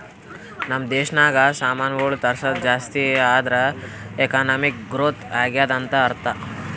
ನಮ್ ದೇಶನಾಗ್ ಸಾಮಾನ್ಗೊಳ್ ತರ್ಸದ್ ಜಾಸ್ತಿ ಆದೂರ್ ಎಕಾನಮಿಕ್ ಗ್ರೋಥ್ ಆಗ್ಯಾದ್ ಅಂತ್ ಅರ್ಥಾ